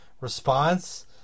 response